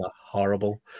Horrible